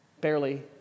barely